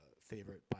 favorite